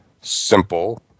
simple